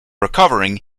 recovering